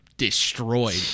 destroyed